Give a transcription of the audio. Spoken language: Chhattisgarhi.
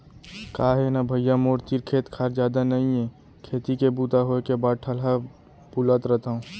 का हे न भइया मोर तीर खेत खार जादा नइये खेती के बूता होय के बाद ठलहा बुलत रथव